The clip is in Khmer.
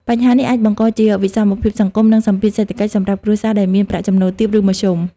បញ្ហានេះអាចបង្កជាវិសមភាពសង្គម និងសម្ពាធសេដ្ឋកិច្ចសម្រាប់គ្រួសារដែលមានប្រាក់ចំណូលទាប ឬមធ្យម។